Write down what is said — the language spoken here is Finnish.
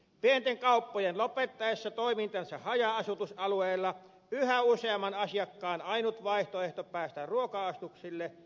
pienten kauppojen lopettaessa toimintansa haja asutusalueilla yhä useamman asiakkaan ainut vaihtoehto päästä ruokaostoksille olisi oma auto